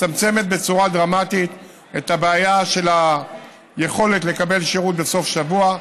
מצמצמת בצורה דרמטית את הבעיה של היכולת לקבל שירות בסוף שבוע,